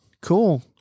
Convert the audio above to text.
Cool